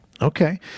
Okay